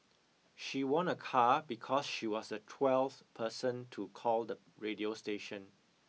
she won a car because she was the twelfth person to call the radio station